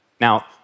Now